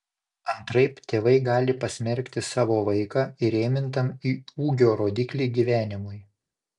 antraip tėvai gali pasmerkti savo vaiką įrėmintam į ūgio rodiklį gyvenimui